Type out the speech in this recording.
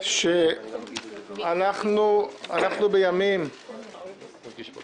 שאנחנו בימים שמחייבים לדעתי ממלכתיות.